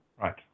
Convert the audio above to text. Right